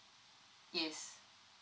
yes